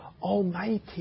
Almighty